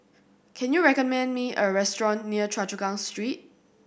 can you recommend me a restaurant near Choa Chu Kang Street